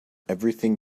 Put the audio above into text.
everything